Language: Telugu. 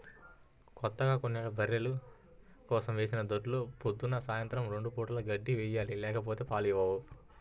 కొత్తగా కొన్న బర్రెల కోసం వేసిన దొడ్లో పొద్దున్న, సాయంత్రం రెండు పూటలా గడ్డి వేయాలి లేకపోతే పాలు ఇవ్వవు